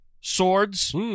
swords